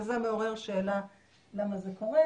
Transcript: זה מעורר שאלה למה זה קורה.